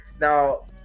now